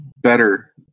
better